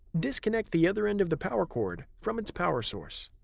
disconnect the other end of the power cord from its power source.